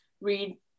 read